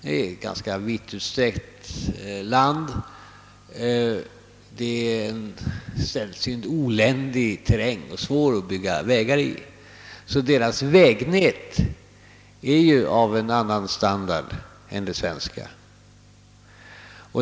Landet är ganska vidsträckt, och terrängen är sällsynt oländig och svår att bygga vägar i. Det norska vägnätet har också en annan standard än det svenska.